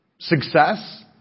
Success